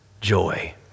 joy